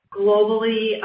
globally